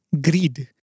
greed